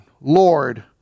Lord